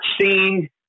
seen